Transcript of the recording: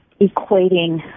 equating